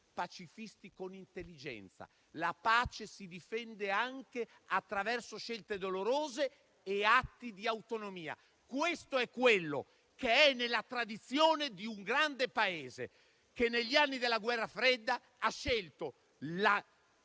pacifisti con intelligenza. La pace si difende anche attraverso scelte dolorose e atti di autonomia: questo è nella tradizione di un grande Paese, che negli anni della Guerra fredda ha optato